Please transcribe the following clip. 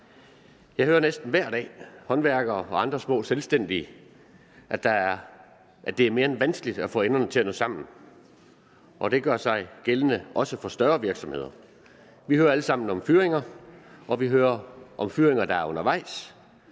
Jeg hører næsten hver dag fra håndværkere og andre små selvstændige, at det er mere end vanskeligt at få enderne til at nå sammen. Det gør sig gældende, også for større virksomheder. Vi hører alle sammen om fyringer, og vi hører om fyringer, der er undervejs,